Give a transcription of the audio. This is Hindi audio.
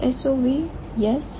तो SOV yes yes yes